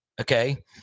Okay